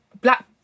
black